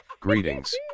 Greetings